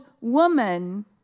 woman